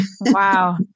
Wow